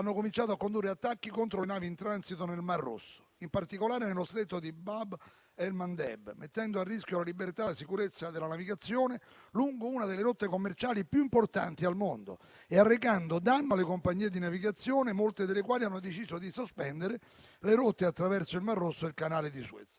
cominciato a condurre attacchi contro le navi in transito nel mar Rosso, in particolare nello stretto di Bab el-Mandeb, mettendo a rischio la libertà e la sicurezza della navigazione lungo una delle rotte commerciali più importanti al mondo e arrecando danno alle compagnie di navigazione, molte delle quali hanno deciso di sospendere le rotte attraverso il mar Rosso e il canale di Suez.